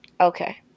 Okay